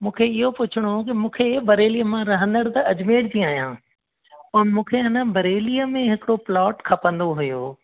मूंखे इहो पुछिणो हो की मूंखे बरेलीअ मां रहंदड़ त अजमेर जी आहियां ऐं मूंखे आहे न बरेलीअ में हिकिड़ो प्लॉट खपंदो हुयो